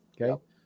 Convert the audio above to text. Okay